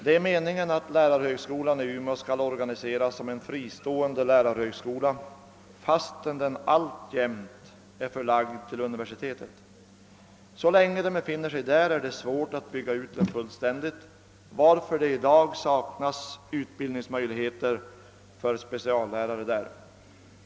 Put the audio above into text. Det är meningen att lärarhögskolan i Umeå skall organiseras som en fristående lärarhögskola, fastän den alltjämt är förlagd till universitetet. Så länge så är fallet är det svårt att bygga ut den fullständigt, varför det i dag saknas utbildningsmöjligheter för speciallärare där.